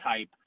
type